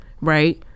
right